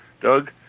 Doug